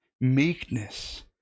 meekness